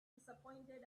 disappointed